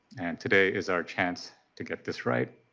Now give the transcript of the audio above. today is our chance to get this right.